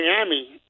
Miami